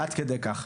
עד כדי כך.